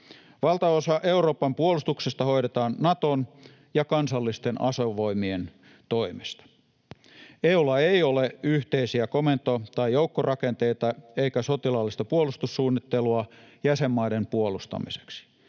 Valtaosa Euroopan puolustuksesta hoidetaan Naton ja kansallisten asevoimien toimesta. EU:lla ei ole yhteisiä komento- tai joukkorakenteita eikä sotilaallista puolustussuunnittelua jäsenmaiden puolustamiseksi.